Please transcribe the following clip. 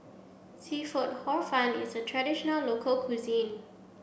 seafood Hor Fun is a traditional local cuisine